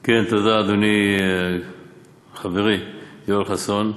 כן, תודה, אדוני, חברי יואל חסון.